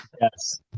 Yes